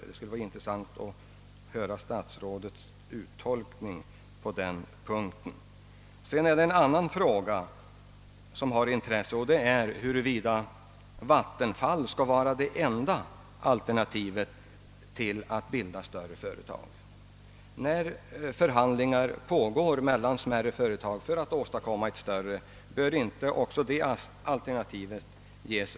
Det skulle vara intressant att höra statsrådets mening på den punkten. En annan fråga av intresse är huruvida vattenfallsverket skall vara det enda alternativet när det gäller att bilda större företag. Bör inte, när förhandlingar mellan smärre företag pågår för att åstadkomma ett större, även andra alternativ prövas?